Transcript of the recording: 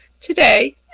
Today